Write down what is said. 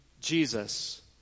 Jesus